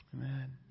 Amen